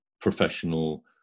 professional